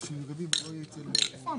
בבקשה.